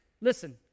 Listen